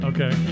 Okay